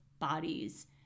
bodies